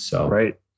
Right